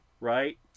right